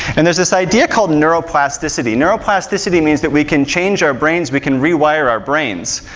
and there's this idea called neuroplasticity. neuroplasticity means that we can change our brains we can re-wire our brains.